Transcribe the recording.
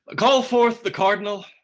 call forth the cardinal,